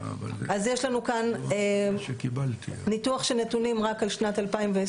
אז יש לנו כאן ניתוח של נתונים רק על שנת 2020,